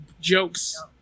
jokes